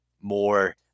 more